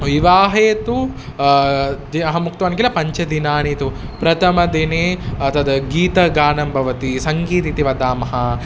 विवाहे तु दि अहमुक्तवान् किल पञ्चदिनानि तु प्रथमदिने तद् गीतगानं भवति सङ्गीतम् इति वदामः